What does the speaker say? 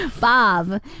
Bob